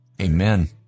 amen